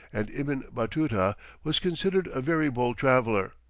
and ibn batuta was considered a very bold traveller.